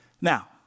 Now